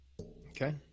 Okay